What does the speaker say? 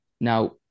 Now